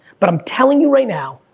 but i'm telling you right now,